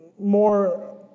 more